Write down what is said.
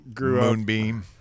moonbeam